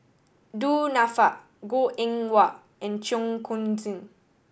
Du Nanfa Goh Eng Wah and Cheong Koon Seng